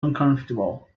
uncomfortable